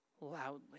loudly